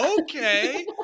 okay